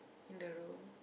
in the room